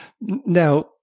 Now